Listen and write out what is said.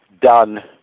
done